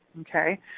okay